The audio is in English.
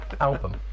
album